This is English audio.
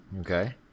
Okay